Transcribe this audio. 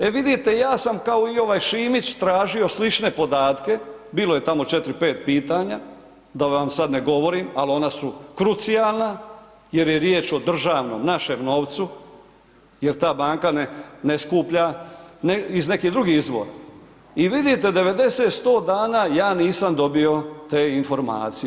E vidite ja sam kao i ovaj Šimić tražio slične podatke, bilo je tamo 4, 5 pitanja, da vam sad ne govorim, ali ona su krucijalna jer je riječ o državnom našem novcu jer ta banka ne skuplja iz nekih drugih izvora i vidite 90, 100 dana ja nisam dobio te informacije.